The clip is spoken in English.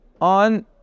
on